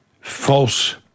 False